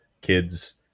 kids